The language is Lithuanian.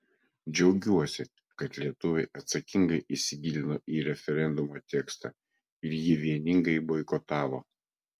džiaugiuosi kad lietuviai atsakingai įsigilino į referendumo tekstą ir jį vieningai boikotavo